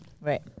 right